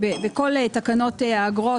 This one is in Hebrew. את רוצה להקריא את התיקונים?